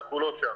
ואנחנו לא שם.